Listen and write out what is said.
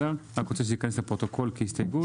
אני רוצה שייכנס לפרוטוקול כהסתייגות.